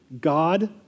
God